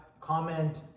comment